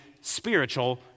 spiritual